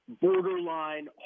borderline